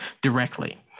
directly